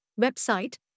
website